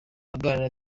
aganira